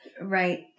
Right